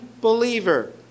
believer